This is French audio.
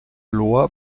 loi